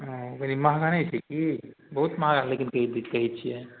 हँ कनि महगा नहि छै कि बहुत महगा लेकिन कहि दै कहै छिए